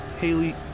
Haley